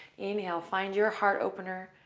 inhale. find your heart opener.